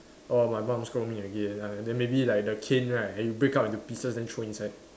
orh my mum scold me again ah then maybe like the cane right you break up into pieces then throw inside